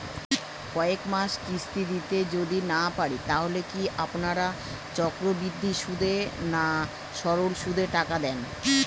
কয়েক মাস কিস্তি দিতে যদি না পারি তাহলে কি আপনারা চক্রবৃদ্ধি সুদে না সরল সুদে টাকা দেন?